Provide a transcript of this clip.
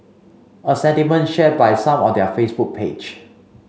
a sentiment shared by some on their Facebook page